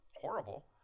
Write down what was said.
horrible